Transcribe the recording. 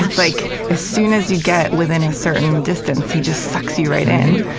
like as soon as you get within a certain distance, he just sucks you right in.